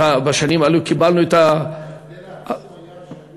בשנים האלה קיבלנו את, ההבדל העצום היה שהיו